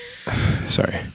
Sorry